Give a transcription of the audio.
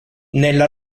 nella